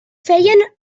feien